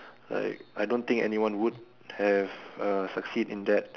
like I don't think anyone would have uh succeed in that